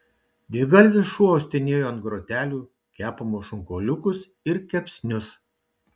dvigalvis šuo uostinėjo ant grotelių kepamus šonkauliukus ir kepsnius